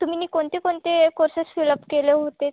तुम्ही नी कोणते कोणते कोर्सेस फील अप केले होते